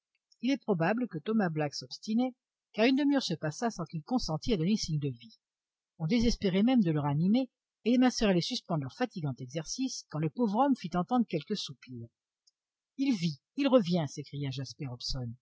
il est probable que thomas black s'obstinait car une demi-heure se passa sans qu'il consentît à donner signe de vie on désespérait même de le ranimer et les masseurs allaient suspendre leur fatigant exercice quand le pauvre homme fit entendre quelques soupirs il vit il revient